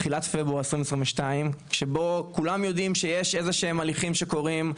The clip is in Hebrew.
תחילת פברואר שנת 2022 שבו כולם יודעים שיש הליכים מסוימים שקורים,